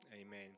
amen